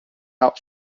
out